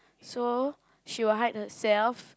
so she will hide herself